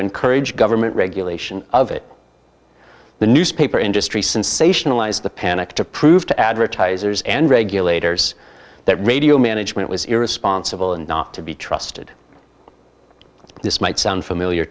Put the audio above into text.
encourage government regulation of the newspaper industry sensationalize the panic to prove to advertisers and regulators that radio management was irresponsible and not to be trusted this might sound familiar